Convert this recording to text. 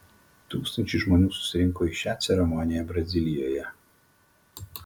tūkstančiai žmonių susirinko į šią ceremoniją brazilijoje